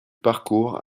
parcours